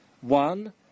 One